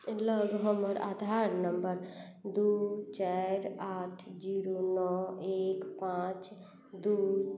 लग हमर आधार नम्बर दू चारि आठ जीरो नओ एक पाँच दू